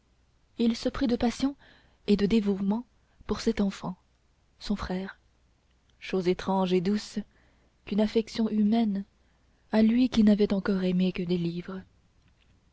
il se prit de passion et de dévouement pour cet enfant son frère chose étrange et douce qu'une affection humaine à lui qui n'avait encore aimé que des livres